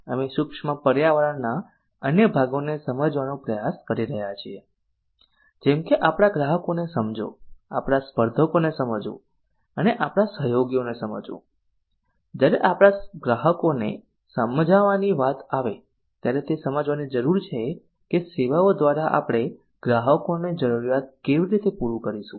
અમે સૂક્ષ્મ પર્યાવરણના અન્ય ભાગોને સમજવાનો પ્રયાસ કરી રહ્યા છીએ જેમ કે આપડા ગ્રાહકોને સમજો આપડા સ્પર્ધકોને સમજવું અને આપડા સહયોગીઓને સમજવું જ્યારે આપડા ગ્રાહકોને સમજાવાની વાત આવે ત્યારે તે સમજવાની જરુર છે કે સેવાઓ દ્રારા આપડે ગ્રાહકો ની જરૂરીયાત કઈ રીતે પૂરી કરીશું